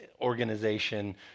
organization